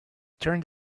turned